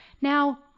Now